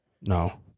No